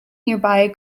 nearby